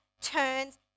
turns